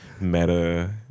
meta